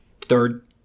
Third